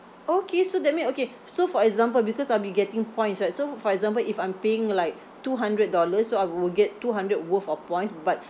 okay so that mean okay so for example because I'll be getting points right so for example if I'm paying like two hundred dollars so I will get two hundred worth of points but